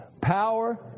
Power